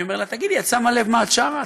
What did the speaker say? אני אומר לה: תגידי, את שמה לב מה את שרה?